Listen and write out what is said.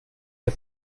der